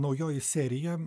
naujoji serija